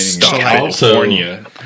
California